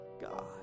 God